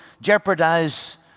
jeopardize